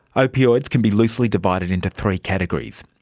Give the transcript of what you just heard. opioids can be loosely divided into three categories.